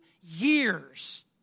years